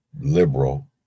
liberal